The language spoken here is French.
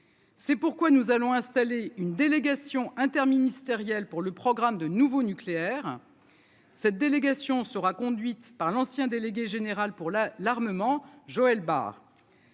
C'est pourquoi nous allons installer une délégation interministérielle pour le programme de nouveau nucléaire cette délégation sera conduite par l'ancien délégué général pour la l'armement Joël Barre.